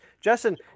Justin